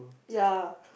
ya